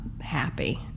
happy